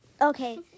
okay